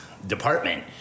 department